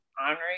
honoring